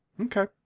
Okay